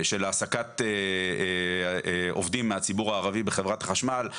של העסקת עובדים מהציבור הערבי בחברת חשמל.